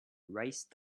race